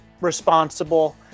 responsible